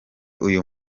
uyu